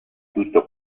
tutto